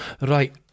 Right